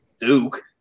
Duke